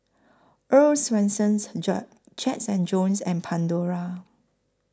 Earl's Swensens Jack chairs and Jones and Pandora